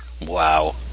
Wow